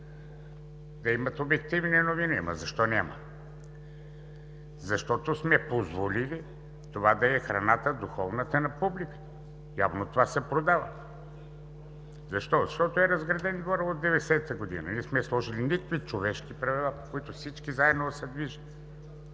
Да имат обективни новини, но защо нямат? Защото сме позволили това да е духовната храна на публиката. Явно това се продава. Защо? Защото е разграден двор от 1990 г. и не сме сложили никакви човешки правила, по които всички заедно да се движим.